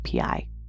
API